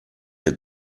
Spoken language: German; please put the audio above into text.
der